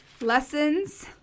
lessons